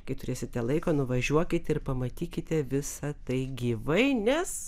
kai turėsite laiko nuvažiuokit ir pamatykite visa tai gyvai nes